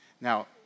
Now